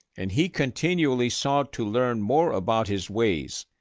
and he continually sought to learn more about his ways.